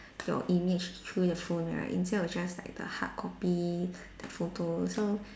your image through your phone right instead of just like the hard copy the photos so